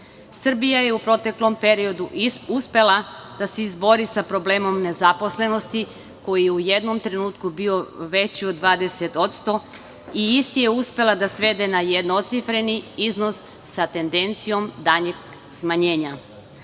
je u proteklom periodu uspela da se izbori sa problemom nezaposlenosti koji je u jednom trenutku bio veći od 20% i isti je uspela da svede na jednocifreni iznos sa tendencijom daljeg smanjenja. To